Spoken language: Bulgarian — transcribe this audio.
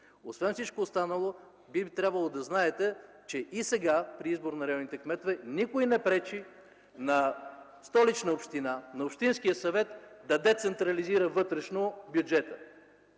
Освен всичко останало, би трябвало да знаете, че и сега при избор на районните кметове никой не пречи на Столична община, на общинския съвет да децентрализира вътрешно бюджета.